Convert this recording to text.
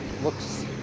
Looks